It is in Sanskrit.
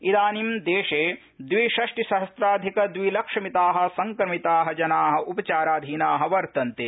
इदानीं देशे द्रिषष्टिस्वहस्राधिक द्रिलक्षमिता संक्रमिता जना उपचाराधीना वर्तन्ते